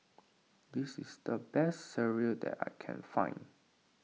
this is the best Sireh that I can find